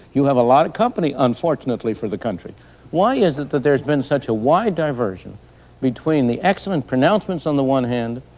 you have a lot of company, unfortunately for the country why is it that there has been such a wide diversion between the excellent pronouncements on the one hand,